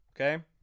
Okay